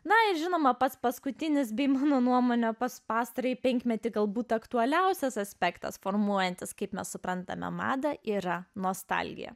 na žinoma pats paskutinis bei mano nuomone pas pastarąjį penkmetį galbūt aktualiausias aspektas formuojantis kaip mes suprantame madą yra nostalgija